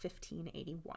1581